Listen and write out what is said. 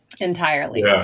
entirely